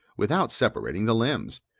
without separating the limbs,